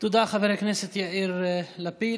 תודה, חבר הכנסת יאיר לפיד.